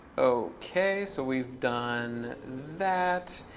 ok. so we've done that.